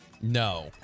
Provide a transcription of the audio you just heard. No